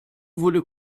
wurde